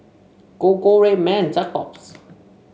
Gogo Red Man and Jacob's